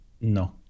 No